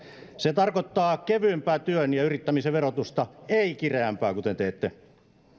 se tarkoittaa kevyempää työn ja yrittämisen verotusta ei kireämpää kuten teette